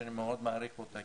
שאני מאוד מעריך אותה,